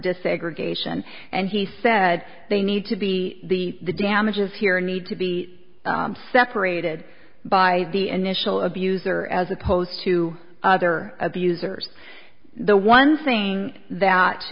desegregation and he said they need to be the damages here need to be separated by the initial abuse or as opposed to other abusers the one thing that